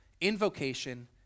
invocation